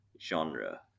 genre